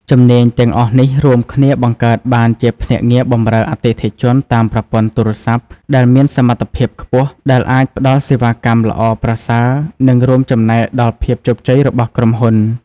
ជំនាញទាំងអស់នេះរួមគ្នាបង្កើតបានជាភ្នាក់ងារបម្រើអតិថិជនតាមប្រព័ន្ធទូរស័ព្ទ ដែលមានសមត្ថភាពខ្ពស់ ដែលអាចផ្ដល់សេវាកម្មល្អប្រសើរ និងរួមចំណែកដល់ភាពជោគជ័យរបស់ក្រុមហ៊ុន។